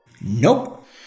Nope